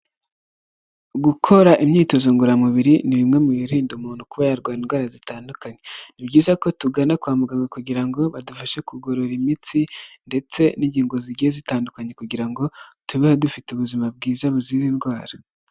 Gukora imyitozo ngororamubiri ni bimwe mu birinda umuntu kuba yarwaye indwara zitandukanye, ni byiza ko tugana kwa muganga kugira ngo badufashe kugorora imitsi, ndetse n'ingingo zigiye zitandukanye kugira ngo tubeho dufite ubuzima bwiza buzira indwara.